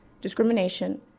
discrimination